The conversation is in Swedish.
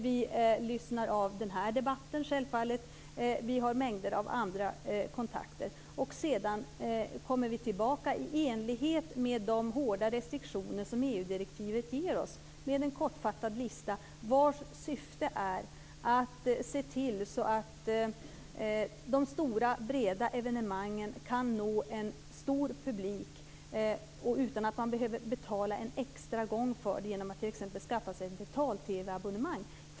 Vi lyssnar självfallet av den här debatten, och vi har mängder av andra kontakter. Sedan kommer vi tillbaka, i enlighet med de hårda restriktioner som EU-direktivet ger oss, med en kortfattad lista. Syftet med den är att se till att de stora breda evenemangen kan nå en stor publik utan att man behöver betala en extra gång för dem genom att skaffa sig ett betal-TV-abonnemang.